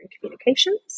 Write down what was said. communications